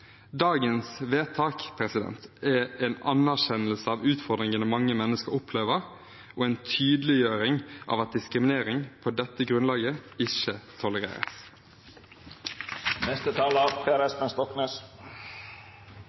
Dagens vedtak er en anerkjennelse av utfordringene mange mennesker opplever, og en tydeliggjøring av at diskriminering på dette grunnlaget ikke tolereres.